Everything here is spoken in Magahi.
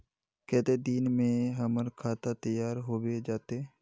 केते दिन में हमर खाता तैयार होबे जते?